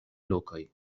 lokoj